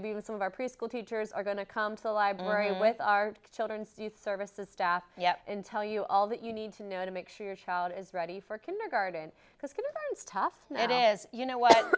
maybe with some of our preschool teachers are going to come to the library with our children services staff yet in tell you all that you need to know to make sure your child is ready for kindergarten because it's tough and it is you know what